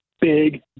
big